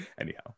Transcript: anyhow